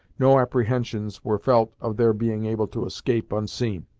no apprehensions were felt of their being able to escape unseen.